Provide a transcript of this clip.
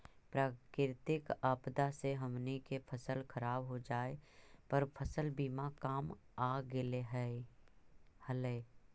प्राकृतिक आपदा से हमनी के फसल खराब हो जाए पर फसल बीमा काम आ गेले हलई